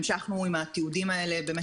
המלאי של עסקי המזון והמסעדות פשוט נזרק לפח,